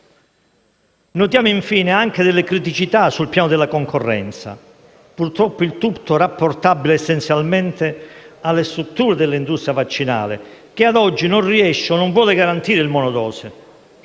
Notiamo infine anche delle criticità sul piano della concorrenza. Purtroppo, il tutto è rapportabile essenzialmente alle strutture dell'industria vaccinale, che ad oggi non riesce o non vuole garantire il monodose.